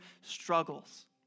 struggles